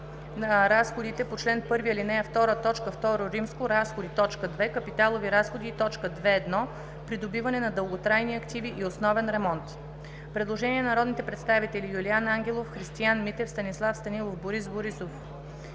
разходите по чл. 1, ал. 2, т. II. „Разходи“, т. 2 „Капиталови разходи“ и т. 2.1. „Придобиване на дълготрайни активи и основен ремонт“. Предложение от народните представители Юлиан Ангелов, Христиан Митев, Станислав Станилов, Борис Борисов,